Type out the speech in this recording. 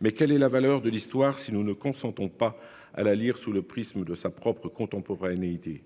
Mais quelle est la valeur de l'histoire, si nous ne consentons pas à la lire sous le prisme de sa propres. Contemporanéité.